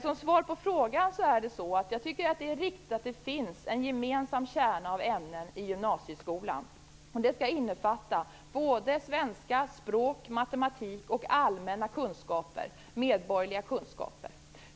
Som svar på frågan tycker jag att det är viktigt att det finns en gemensam kärna av ämnen i gymnasieskolan. Den skall innefatta svenska, språk, matematik och allmänna medborgerliga kunskaper.